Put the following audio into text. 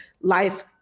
life